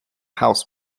house